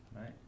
Right